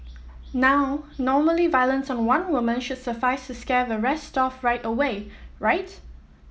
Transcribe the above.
now normally violence on one woman should suffice to scare the rest off right away right